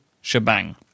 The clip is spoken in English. shebang